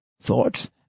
thoughts